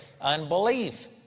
unbelief